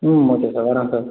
ம் okay sir வர்றேன் sir